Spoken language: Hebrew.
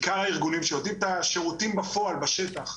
עיקר הארגונים שנותנים את השירותים בפועל בשטח.